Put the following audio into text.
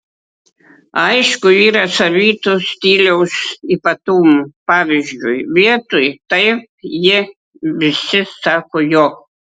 aišku yra savitų stiliaus ypatumų pavyzdžiui vietoj taip jie visi sako jo